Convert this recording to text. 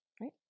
Right